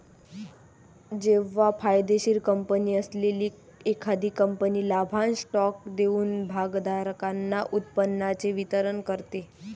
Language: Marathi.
जेव्हा फायदेशीर कंपनी असलेली एखादी कंपनी लाभांश स्टॉक देऊन भागधारकांना उत्पन्नाचे वितरण करते